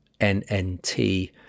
NNT